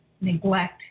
neglect